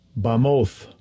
Bamoth